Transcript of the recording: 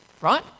right